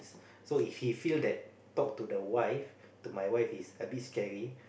so if he feel that talk to the wife to my wife is a bit scary